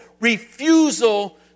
refusal